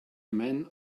man